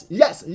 yes